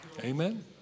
Amen